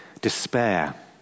despair